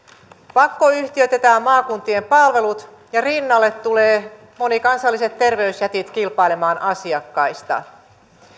pakkoyhtiöitetään maakuntien palvelut ja rinnalle tulevat monikansalliset terveysjätit kilpailemaan asiakkaista